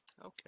Okay